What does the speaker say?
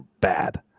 bad